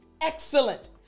Excellent